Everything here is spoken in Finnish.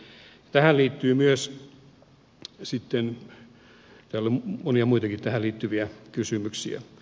täällä on monia muitakin tähän liittyviä kysymyksiä